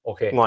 Okay